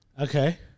Okay